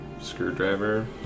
screwdriver